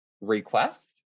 request